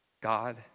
God